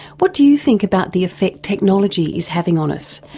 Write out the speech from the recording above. what do you think about the effect technology is having on us,